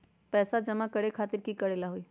पैसा जमा करे खातीर की करेला होई?